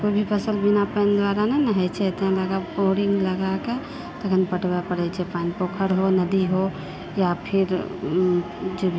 कोइ भी फसल बिना पानि द्वारा नहि न होयत छै तैं लऽकऽ बोरिंग लगाके तखन पटबय पड़ैत छै पानि पोखरि हो नदी हो या फिर जो